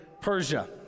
Persia